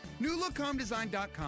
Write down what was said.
newlookhomedesign.com